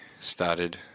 started